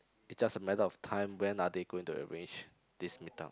it just a matter of time when are they going to arrange this meet up